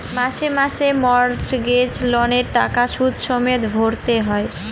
মাসে মাসে মর্টগেজ লোনের টাকা সুদ সমেত ভরতে হয়